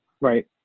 Right